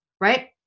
right